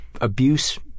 abuse-